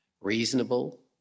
Reasonable